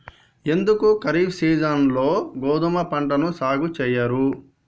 ఎందుకు ఖరీఫ్ సీజన్లో గోధుమ పంటను సాగు చెయ్యరు?